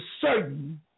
certain